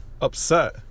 upset